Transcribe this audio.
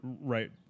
right